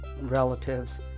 relatives